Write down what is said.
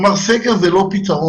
כלומר, סגר זה לא פתרון.